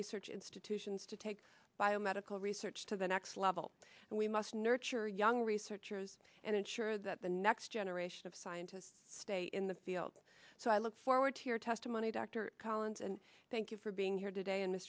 research institutions to take biomedical research to the next level and we must nurture young researchers and ensure that the next generation of scientists stay in the field so i look forward to your testimony dr collins and thank you for being here today and